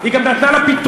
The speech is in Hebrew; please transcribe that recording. היא גם נתנה לה פתרון.